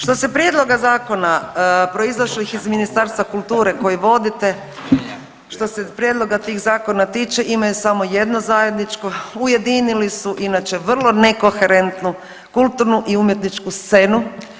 Što se prijedloga zakona proizašlih iz Ministarstva kulture koji vodite, što se prijedloga tih zakona tiče imaju samo jedno zajedničko ujedinili su inače vrlo nekoherentnu kulturnu i umjetničku scenu.